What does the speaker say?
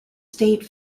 state